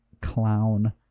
clown